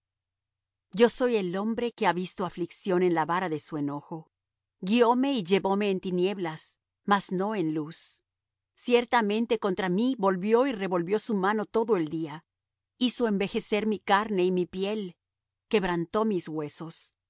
yo soy el hombre que ha visto aflicción en la vara de su enojo guióme y llevóme en tinieblas mas no en luz ciertamente contra mí volvió y revolvió su mano todo el día hizo envejecer mi carne y mi piel quebrantó mis huesos